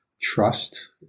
trust